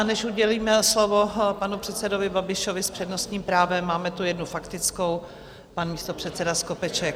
A než udělím slovo panu předsedovi Babišovi s přednostním právem, máme tu jednu faktickou pan místopředseda Skopeček.